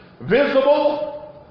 visible